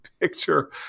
picture